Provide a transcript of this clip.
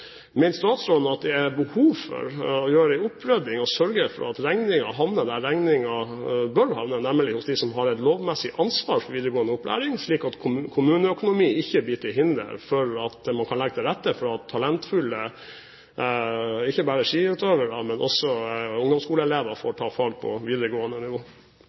statsråden at det er behov for å ta en opprydding og sørge for at regningen havner der regningen bør havne, nemlig hos dem som har et lovmessig ansvar for videregående opplæring, slik at kommuneøkonomien ikke blir til hinder for at man kan legge til rette for at ikke bare talentfulle skiutøvere, men også ungdomsskoleelever får ta fag på videregående nivå?